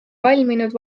valminud